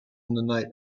night